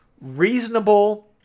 reasonable